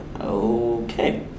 okay